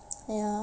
ya